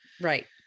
Right